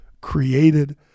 created